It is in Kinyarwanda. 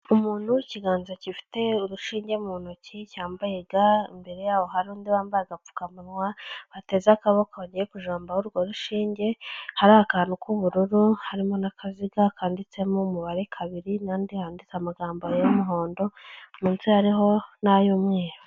Umuntu w'ikiganza gifite urushinge mu ntoki cyambaye ga imbere yaho hari undi wambaye agapfukamunwa wateze akaboko bagiye kujombaho urwo rushinge hari akantu k'ubururu harimo n'akaziga kanditsemo umubare 2 nahandi handitse amagambo y'umuhondo munsi hariho n'ay'umweru.